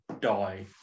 Die